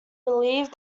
believe